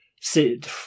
Sid